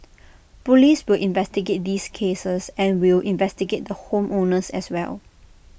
Police will investigate these cases and we'll investigate the home owners as well